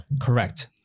Correct